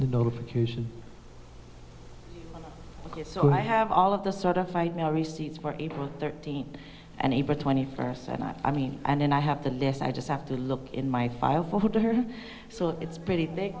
locos notification so i have all of the certified mail receipts for april thirteenth and april twenty first and i mean and then i have the list i just have to look in my file for her to her so it's pretty big